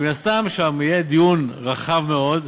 מן הסתם יהיה שם דיון רחב מאוד,